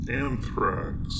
anthrax